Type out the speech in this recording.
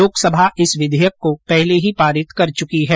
लोकसभा इस विधेयक को पहले ही पारित कर चुकी है